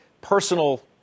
personal